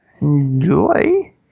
Enjoy